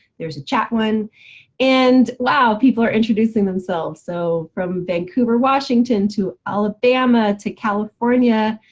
there's a chat one and wow, people are introducing themselves. so from vancouver, washington, to alabama to california